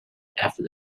after